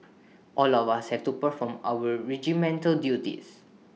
all of us have to perform our regimental duties